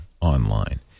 online